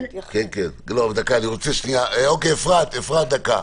אפרת, דקה.